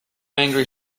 angry